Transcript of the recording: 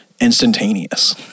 instantaneous